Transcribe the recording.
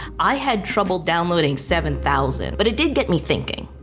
i had trouble downloading seven thousand. but it did get me thinking.